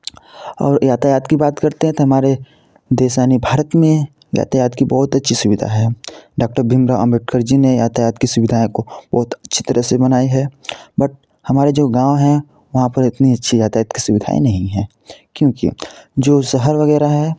और यातायात की बात करते हैं तो हमारे देश यानी भारत में यातायात की बहुत अच्छी सुविधा है डाक्टर भीमराव अम्बेडकर जी ने यातायात की सुविधाओं को बहुत अच्छी तरह से बनाई है बट हमारे जो गाँव हैं वहाँ पर इतनी अच्छी यातायात की सुविधाएँ नहीं हैं क्यूंकि जो शहर वगैरह है